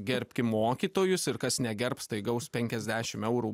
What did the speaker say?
gerbkim mokytojus ir kas negerbs tai gaus penkiasdešim eurų